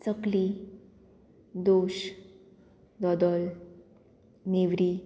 चकली दोश दोदोल नेवरी